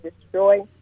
destroy